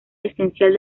esencial